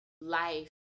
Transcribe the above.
life